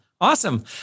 Awesome